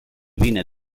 vine